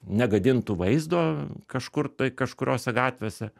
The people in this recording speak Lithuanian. negadintų vaizdo kažkur tai kažkuriose gatvėse